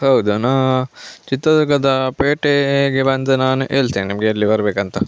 ಹೌದು ನಾನು ಚಿತ್ರದುರ್ಗದ ಪೇಟೆಗೆ ಬಂದು ನಾನು ಹೇಳ್ತೇನೆ ನಿಮಗೆ ಎಲ್ಲಿ ಬರಬೇಕಂತ